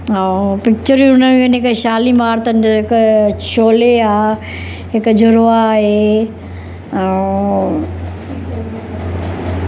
ऐं पिकिचरूं हुन जूं आहिनि हिक शालीमार अथनि हिक शोले आहे हिक जुड़वा आहे ऐं